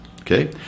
okay